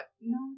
no